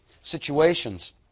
situations